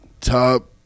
Top